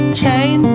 chain